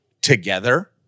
together